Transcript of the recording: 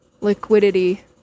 liquidity